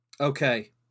Okay